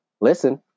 Listen